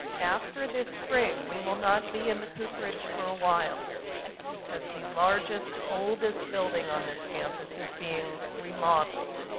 after this spring, we will not be in the cooperage for a while because the largest, oldest building on this campus is being remodeled.